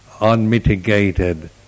unmitigated